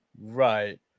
Right